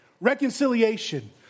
reconciliation